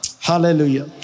Hallelujah